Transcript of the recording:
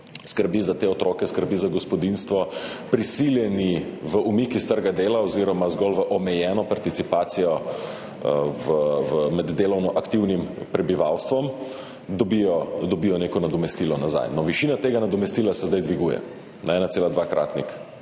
skrbi za te otroke, skrbi za gospodinjstvo prisiljeni v umik iz trga dela oziroma zgolj v omejeno participacijo med delovno aktivnim prebivalstvom, dobijo nazaj neko nadomestilo. Višina tega nadomestila se zdaj dviguje na 1,2-kratnik